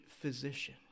physician